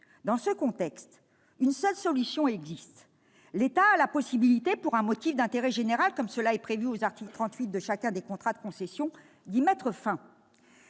Dans ce contexte, une seule solution existe. L'État a la possibilité, pour un motif d'intérêt général, comme cela est prévu à l'article 38 de chacun des contrats de concession, d'y mettre fin.